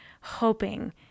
hoping